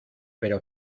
pero